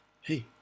Hey